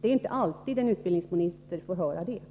Det är inte alltid en utbildningsminister får höra sådant.